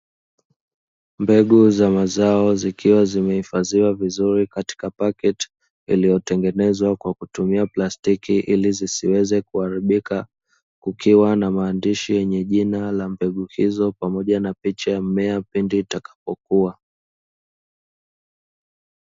Mbegu za mazao zikiwa zimehifadhiwa vizuri katika paketi, iliyotengenezwa kwa kutumia plastiki ili isiweze kuharibika kukiwa na maandishi yenye jina la mbegu hizo pamoja na picha ya mimea pindi itakapo kua.